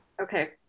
Okay